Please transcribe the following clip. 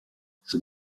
son